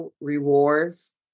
rewards